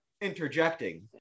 interjecting